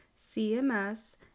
CMS